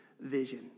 vision